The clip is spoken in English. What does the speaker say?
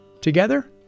Together